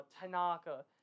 Tanaka